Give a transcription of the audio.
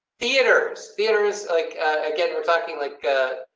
theaters theaters like again, we're talking like a.